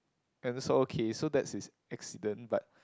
and so okay so that's his accident but